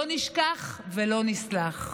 לא נשכח ולא נסלח.